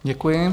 Děkuji.